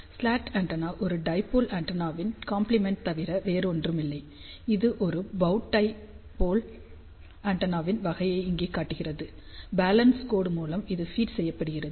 slot antenna ஒரு dipole ஆண்டெனாவின் complement தவிர வேறு ஒன்றும் இல்லை இது ஒரு பௌ டை டைபோல் ஆண்டெனாவின் வகையை இங்கே காட்டுகிறது பேலன்ஸ் கோடு மூலம் இது ஃபீட் செய்யப்படுகிறது